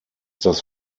das